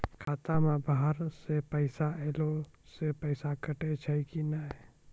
खाता मे बाहर से पैसा ऐलो से पैसा कटै छै कि नै?